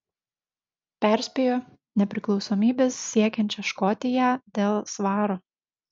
perspėjo nepriklausomybės siekiančią škotiją dėl svaro